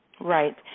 Right